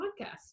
podcast